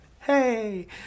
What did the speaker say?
Hey